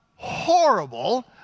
Horrible